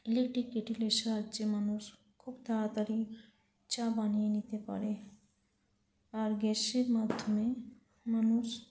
electric কেটেলের সাহায্যে মানুষ খুব তাড়াতাড়ি চা বানিয়ে নিতে পারে আর গ্যাসের মাধ্যমে মানুষ